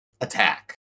attack